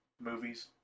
movies